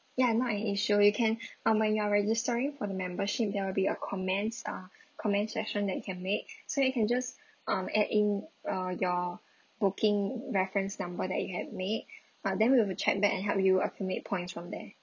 ya not an issue you can um when you're registering for the membership there will be a comments uh comments section that you can make so you can just um add in uh your booking reference number that you have made uh then we will check back and help you accumulate points from there